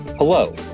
Hello